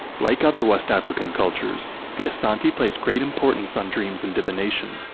like other west african cultures, the asante placed great importance on dreams and divination,